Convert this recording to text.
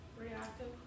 Reactive